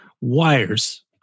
Wires